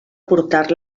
portar